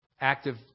active